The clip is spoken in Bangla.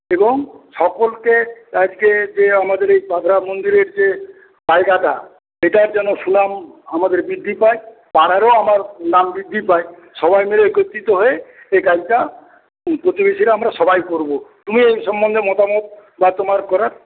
এবং সকলকে আজকে যে আমাদের এই মন্দিরের জায়গাটা সেটার যেন সুনাম আমাদের বৃদ্ধি পায় পাড়ার ও আমার নাম বৃদ্ধি পায় সবাই মিলে একত্রিত হয়ে এই কাজটা প্রতিবেশীরা আমরা সবাই করব তুমি এই সমন্ধে মতামত যা তোমার করার